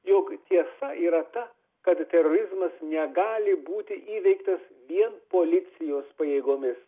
jog tiesa yra ta kad terorizmas negali būti įveiktas vien policijos pajėgomis